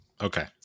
okay